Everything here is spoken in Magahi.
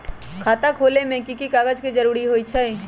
खाता खोले में कि की कागज के जरूरी होई छइ?